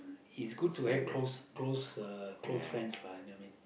is good to have close close uh close friends lah you know what I mean